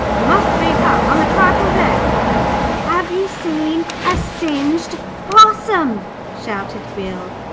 you must speak up, i'm a trifle deaf have you seen a singed possum shouted bill.